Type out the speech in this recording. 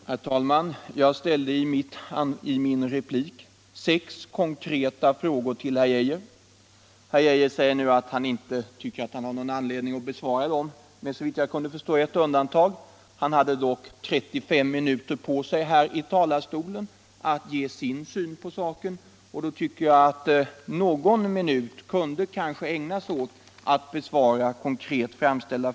Herr talman! Jag ställde i min replik sex konkreta frågor till herr Arne Geijer. Han säger nu att han inte tycker att han har någon anledning att besvara dem, med såvitt jag förstår ett undantag. Han tog dock 35 minuter på sig i talarstolen för att ge sin syn på bl.a. kollektivanslutningen, och då tycker jag att någon minut kunde ha ägnats åt att besvara de konkreta frågor som ställts.